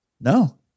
No